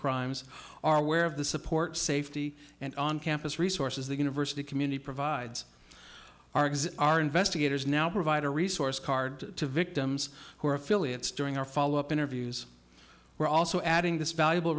crimes are aware of the support safety and on campus resources the university community provides our investigators now provide a resource card to victims who are affiliates during our follow up interviews we're also adding this valuable